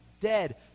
dead